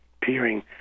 peering